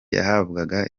yahabwaga